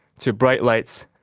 to bright lights.